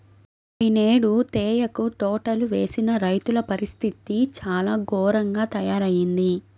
పోయినేడు తేయాకు తోటలు వేసిన రైతుల పరిస్థితి చాలా ఘోరంగా తయ్యారయింది